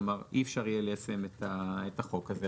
כלומר, אי-אפשר יהיה ליישם את החוק הזה.